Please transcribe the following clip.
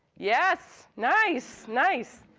yes, nice! nice.